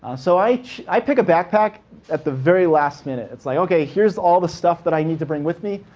so i i pick a backpack at the very last minute. it's like, okay, here's all the stuff that i need to bring with me.